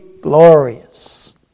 glorious